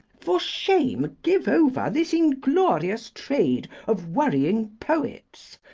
for shame give over this inglorious trade of worrying poets,